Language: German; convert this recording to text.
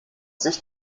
sicht